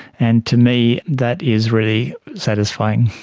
and to me, that is really satisfying.